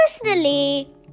Personally